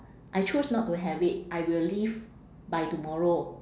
I chose not to have it I will leave by tomorrow